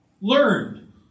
Learned